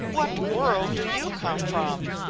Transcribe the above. what world do you come from?